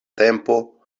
tempo